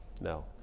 No